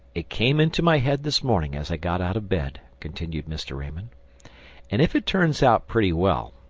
it came into my head this morning as i got out of bed, continued mr. raymond and if it turns out pretty well,